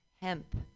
hemp